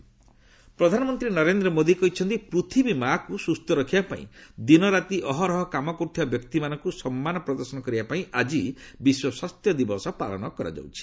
PM vaccination ପ୍ରଧାନମନ୍ତ୍ରୀ ନରେନ୍ଦ୍ର ମୋଦୀ କହିଛନ୍ତି ପୃଥିବୀ ମା'କୁ ସୁସ୍ଥ ରଖିବା ପାଇଁ ଦିନରାତି ଅହରହ କାମ କରୁଥିବା ବ୍ୟକ୍ତିମାନଙ୍କୁ ସମ୍ମାନ ପ୍ରଦର୍ଶନ କରିବା ପାଇଁ ଆଜି ବିଶ୍ୱ ସ୍ୱାସ୍ଥ୍ୟ ଦିବସ ପାଳନ କରାଯାଉଛି